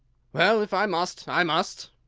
well, if i must, i must,